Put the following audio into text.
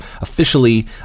officially